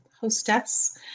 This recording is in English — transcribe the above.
hostess